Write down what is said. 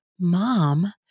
mom